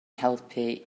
helpu